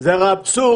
תראו, זה הרי אבסורד,